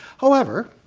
however,